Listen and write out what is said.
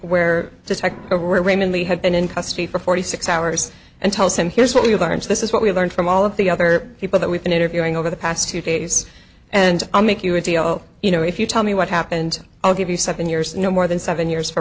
lee had been in custody for forty six hours and tells him here's where you are and this is what we've learned from all of the other people that we've been interviewing over the past two days and i'll make you a deal you know if you tell me what happened i'll give you seven years no more than seven years for